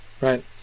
Right